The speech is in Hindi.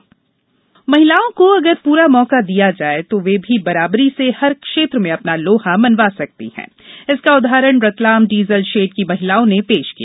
महिला कैंपेन फ्लेगशिप महिलाओं को अगर पूरा मौका दिया जाए तो वे भी बराबरी से हर क्षेत्र में अपना लोहा मनवा सकती है इसका उदाहरण रतलाम डीजल शेड की महिलाओं ने पेश किया